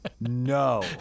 no